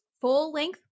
full-length